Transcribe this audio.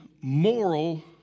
moral